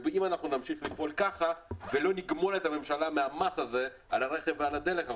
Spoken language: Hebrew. אם נמשיך לפעול כך ולא נגמול את הממשלה מהמס הזה על הרכב ועל הדלק,